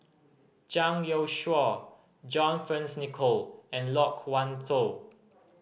Zhang Youshuo John Fearns Nicoll and Loke Wan Tho